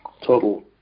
total